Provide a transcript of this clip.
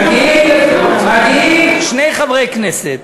מגיעים שני חברי הכנסת,